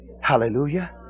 Hallelujah